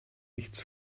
nichts